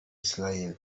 israel